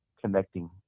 connecting